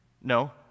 No